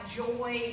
joy